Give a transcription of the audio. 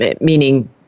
meaning